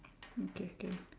okay K